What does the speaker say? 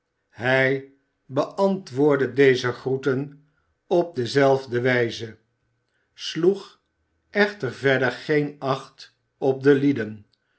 hij beantwoordde deze groeten op dezelfde wijze sloeg echter verder geen acht op de lieden